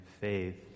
faith